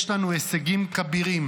יש לנו הישגים כבירים,